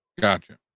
Gotcha